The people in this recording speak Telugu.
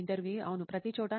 ఇంటర్వ్యూఈ అవును ప్రతిచోటా